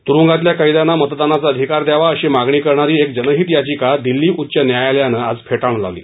तुरुंगातल्या कैद्यांना मतदानाचा अधिकार द्यावा अशी मागणी करणारी एक जनहित याचिका दिल्ली उच्च न्यायालयानं आज फेटाळून लावली